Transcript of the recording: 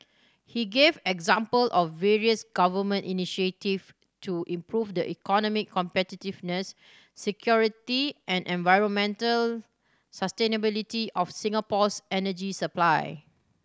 he gave example of various Government initiative to improve the economic competitiveness security and environmental sustainability of Singapore's energy supply